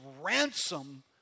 ransom